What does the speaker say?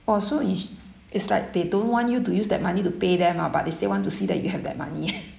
oh so is it's like they don't want you to use that money to pay them ah but they still want to see that you have that money